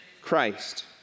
Christ